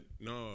no